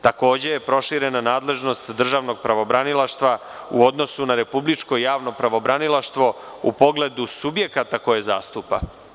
Takođe je proširena nadležnost državnog pravobranilaštva u odnosu na Republičko javno pravobranilaštvo u pogledu subjekata koje zastupa.